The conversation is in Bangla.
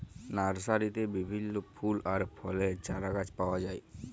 লার্সারিতে বিভিল্য ফুল আর ফলের চারাগাছ পাওয়া যায়